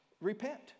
Repent